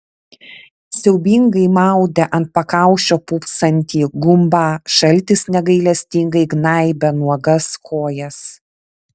siaubingai maudė ant pakaušio pūpsantį gumbą šaltis negailestingai gnaibė nuogas kojas